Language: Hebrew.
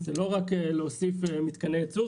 זה לא רק להוסיף מתקני ייצור,